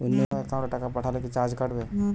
অন্য একাউন্টে টাকা পাঠালে কি চার্জ কাটবে?